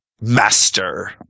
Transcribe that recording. Master